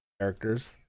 characters